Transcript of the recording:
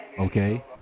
okay